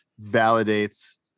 validates